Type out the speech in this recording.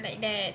like that